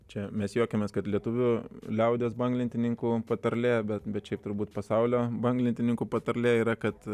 čia mes juokiamės kad lietuvių liaudies banglentininkų patarlė bet šiaip turbūt pasaulio banglentininkų patarlė yra kad